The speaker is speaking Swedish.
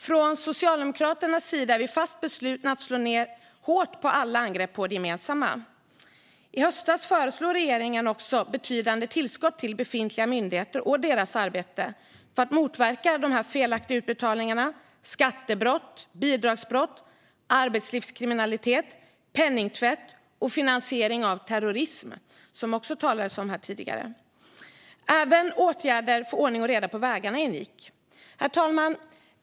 Från Socialdemokraternas sida är vi fast beslutna att slå ned hårt på alla angrepp på det gemensamma. I höstas föreslog regeringen också betydande tillskott till befintliga myndigheter och deras arbete för att motverka felaktiga utbetalningar, skattebrott, bidragsbrott, arbetslivskriminalitet, penningtvätt och finansiering av terrorism, något som det också talades om här tidigare. Även åtgärder för ordning och reda på vägarna ingick. Herr talman!